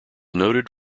noted